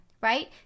right